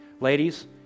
Ladies